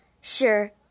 sure